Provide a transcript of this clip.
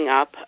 up